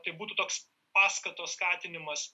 tai būtų toks paskatos skatinimas